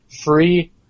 free